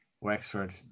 Wexford